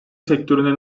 sektörüne